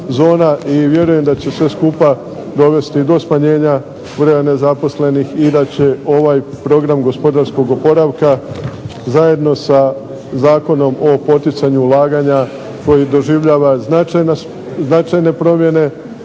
I vjerujem da će sve skupa dovesti do smanjenja broja nezaposlenih i da će ovaj Program gospodarskog oporavka zajedno sa Zakonom o poticanju ulaganja koji doživljava značajne promjene